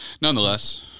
nonetheless